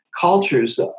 cultures